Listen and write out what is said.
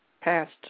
past